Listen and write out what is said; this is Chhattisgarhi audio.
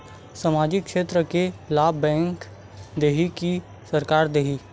सामाजिक क्षेत्र के लाभ बैंक देही कि सरकार देथे?